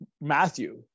Matthew